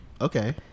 Okay